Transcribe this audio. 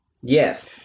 Yes